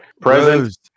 Present